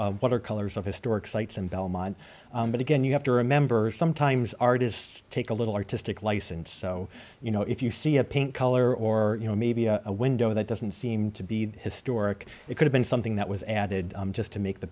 watercolors of historic sites and belmont but again you have to remember sometimes artists take a little artistic license so you know if you see a paint color or you know maybe a window that doesn't seem to be historic it could have been something that was added just to make the